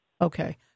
Okay